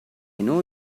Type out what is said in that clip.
know